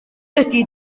ydy